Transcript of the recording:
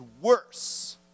worse